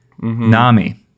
Nami